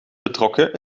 betrokken